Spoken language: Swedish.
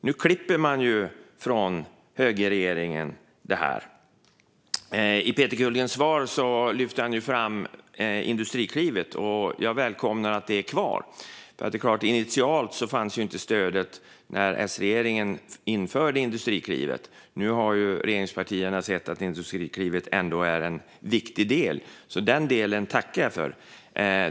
Nu klipper högerregeringen detta. I Peter Kullgrens svar lyfter han fram Industriklivet. Jag välkomnar att det är kvar. Initialt, innan S-regeringen införde det, fanns ju inte detta stöd. Nu har regeringspartierna sett att Industriklivet ändå är en viktig del, så den delen tackar jag för.